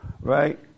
right